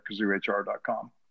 KazooHR.com